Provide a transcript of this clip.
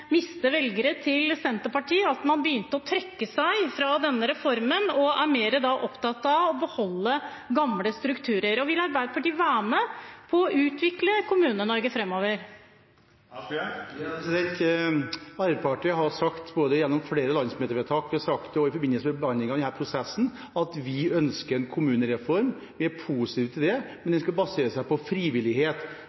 miste velgere til Senterpartiet at man begynte å trekke seg fra denne reformen, og er man mer opptatt av å beholde gamle strukturer? Vil Arbeiderpartiet være med på å utvikle Kommune-Norge framover? Arbeiderpartiet har sagt – både gjennom flere landsmøtevedtak og i forbindelse med behandlingen av denne prosessen – at vi ønsker en kommunereform. Vi er positive til det, men